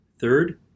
Third